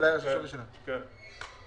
הנכסים שמרכיבים את הקרן ירד.